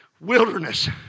wilderness